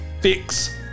fix